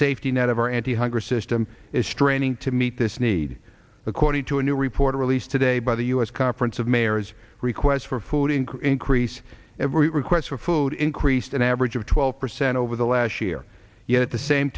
safety net of our anti hunger system is straining to meet this need according to a new report released today by the u s conference of mayors requests for food inc increase every requests for food increased an average of twelve percent over the last year yet the same